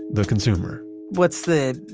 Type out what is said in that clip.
the consumer what's the,